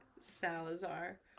Salazar